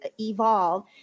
evolve